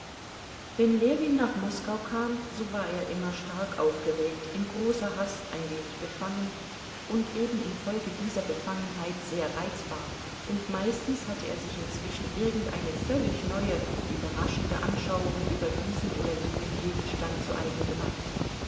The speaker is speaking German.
wenn ljewin nach moskau kam so war er immer stark aufgeregt in großer hast ein wenig befangen und eben infolge dieser befangenheit sehr reizbar und meistens hatte er sich inzwischen irgendeine völlig neue überraschende anschauung über diesen oder jenen gegenstand zu eigen gemacht